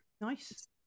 Nice